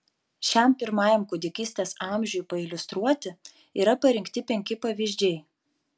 šiam pirmajam kūdikystės amžiui pailiustruoti yra parinkti penki pavyzdžiai